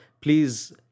Please